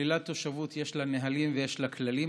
שלילת תושבות, יש לה נהלים ויש לה כללים.